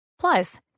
Plus